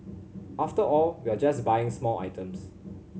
after all we're just buying small items